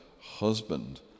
husband